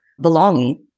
belonging